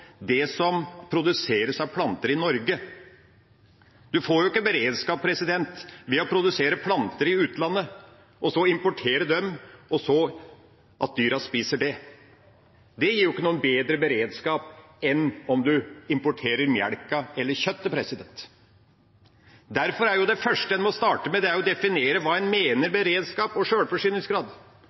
det som produseres av planter i Norge. En får ikke beredskap ved å produsere planter i utlandet, importere dem og at dyra spiser dem. Det gir ikke noen bedre beredskap enn om en importerer melka eller kjøttet. Derfor er det første en må starte med, å definere hva en mener med beredskap og sjølforsyningsgrad.